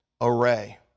array